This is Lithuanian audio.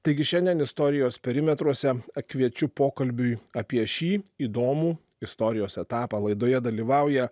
taigi šiandien istorijos perimetruose kviečiu pokalbiui apie šį įdomų istorijos etapą laidoje dalyvauja